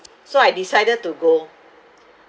so I decided to go